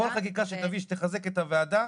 כל חקיקה שתביאי שתחזק הוועדה,